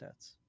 stats